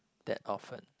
that often